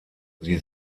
sie